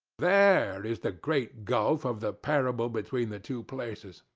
there is the great gulf of the parable between the two places.